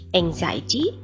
anxiety